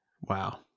Wow